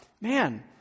man